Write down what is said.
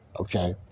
okay